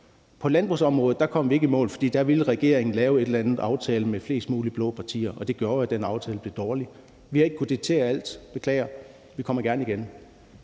På landbrugsområdet kom vi ikke i mål, for der ville regeringen lave en eller anden aftale med flest mulige blå partier, og det gjorde jo, at den aftale blev dårlig. Vi har ikke kunnet diktere alt – beklager. Vi kommer gerne igen.